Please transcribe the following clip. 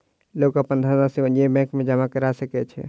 लोक अपन धनरशि वाणिज्य बैंक में जमा करा सकै छै